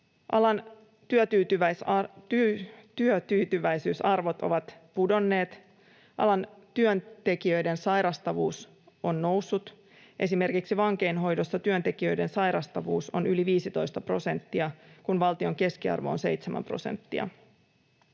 Alan työtyytyväisyysarvot ovat pudonneet, alan työntekijöiden sairastavuus on noussut. Esimerkiksi vankeinhoidossa työntekijöiden sairastavuus on yli 15 prosenttia, kun valtion keskiarvo on 7 prosenttia.